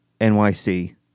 NYC